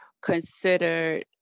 considered